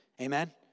amen